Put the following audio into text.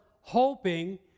hoping